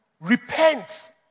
repent